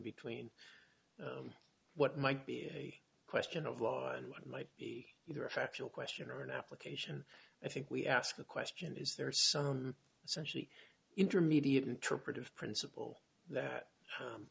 between what might be a question of law and what might be either a factual question or an application i think we ask the question is there some essentially intermediate interpretive principle that